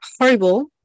horrible